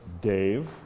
Dave